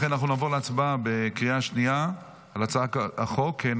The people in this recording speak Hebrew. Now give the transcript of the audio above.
לכן נעבור להצבעה בקריאה השנייה על הצעת חוק יום בריאות הנפש,